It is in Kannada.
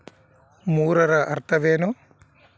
ಮೂರರ ಅರ್ಥವೇನು?